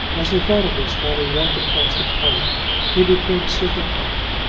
as he thought of this while he walked across the park he became sick at heart.